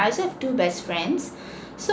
I also have two best friends so